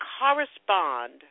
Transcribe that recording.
correspond